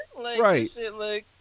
Right